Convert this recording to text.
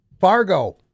Fargo